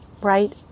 right